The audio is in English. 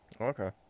okay